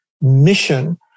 mission